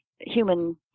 human